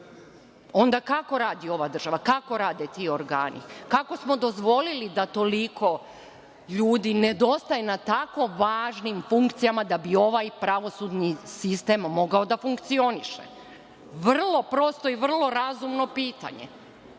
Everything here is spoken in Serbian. Onda kako radi ova država, kako rade državni organi, kako smo dozvolili da toliko ljudi nedostaje na tako važnim funkcijama da bi ovaj pravosudni sistem mogao da funkcioniše? Vrlo prosto, vrlo razumno pitanje.